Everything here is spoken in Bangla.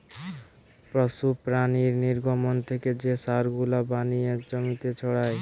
পশু প্রাণীর নির্গমন থেকে যে সার গুলা বানিয়ে জমিতে ছড়ায়